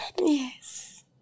Yes